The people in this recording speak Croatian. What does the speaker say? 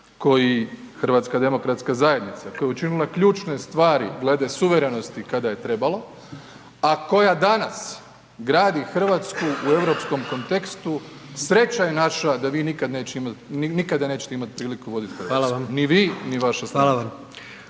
Hrvatsku nazad i nas koji HDZ koja je učinila ključne stvari glede suverenosti kada je trebalo a koja danas gradi Hrvatsku u europskom kontekstu sreća je naša da vi nikada nećete imati priliku voditi Hrvatsku. Ni vi ni vaša stranka.